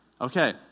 Okay